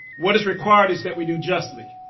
what is required is that we do justly,